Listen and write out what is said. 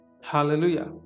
Hallelujah